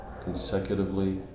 consecutively